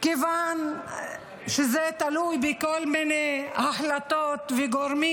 כיוון שזה תלוי בכל מיני החלטות וגורמים